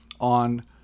on